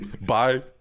bye